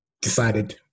decided